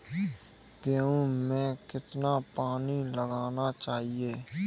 गेहूँ में कितना पानी लगाना चाहिए?